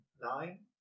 Nine